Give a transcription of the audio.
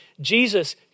Jesus